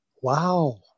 Wow